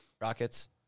Rockets